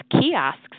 kiosks